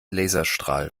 laserstrahl